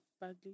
badly